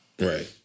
Right